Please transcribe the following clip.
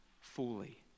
fully